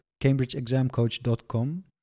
cambridgeexamcoach.com